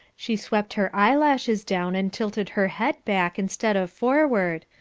she swept her eyelashes down, and tilted her head back, instead of forward,